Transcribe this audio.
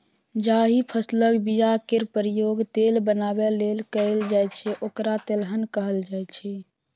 जाहि फसलक बीया केर प्रयोग तेल बनाबै लेल कएल जाइ छै ओकरा तेलहन कहल जाइ छै